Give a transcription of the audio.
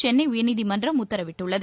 சென்னை உயர்நீதிமன்றம் உத்தரவிட்டுள்ளது